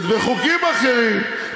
בחוקים אחרים,